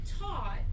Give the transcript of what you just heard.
taught